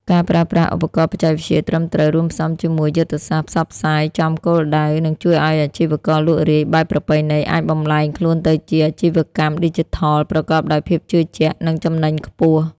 ការប្រើប្រាស់ ឧបករណ៍បច្ចេកវិទ្យា ត្រឹមត្រូវ រួមផ្សំជាមួយយុទ្ធសាស្ត្រ ផ្សព្វផ្សាយចំគោលដៅ នឹងជួយឱ្យអាជីវករលក់រាយបែបប្រពៃណីអាចបំប្លែងខ្លួនទៅជា អាជីវកម្មឌីជីថល ប្រកបដោយភាពជឿជាក់ និងចំណេញខ្ពស់។